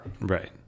Right